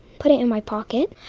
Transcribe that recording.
put it in my pocket.